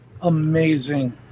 amazing